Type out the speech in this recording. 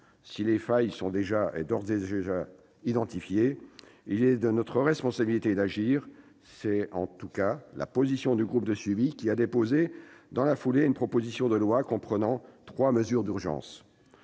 Si les failles sont d'ores et déjà identifiées, il est de notre responsabilité d'agir. C'est en tout cas la position du groupe de suivi qui a déposé, dans la foulée, une proposition de loi comprenant trois mesures d'urgence.